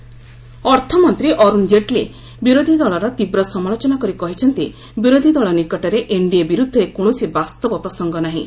Jaitley fake issue ଅର୍ଥମନ୍ତ୍ରୀ ଅର୍ଥଣ ଜେଟଲୀ ବିରୋଧୀଦଳର ତୀବ୍ର ସମାଲୋଚନା କରି କହିଛନ୍ତି' ବିରୋଧୀଦଳ ନିକଟରେ ଏନଡିଏବିର୍ଦ୍ଧରେ କୌଣସି ବାସ୍ତବ ପ୍ରସଙ୍ଗ ନାହିଁ